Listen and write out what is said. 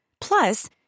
Plus